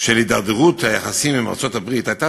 של הידרדרות היחסים עם ארצות-הברית הייתה